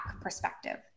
perspective